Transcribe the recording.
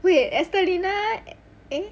wait estelina eh